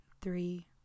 three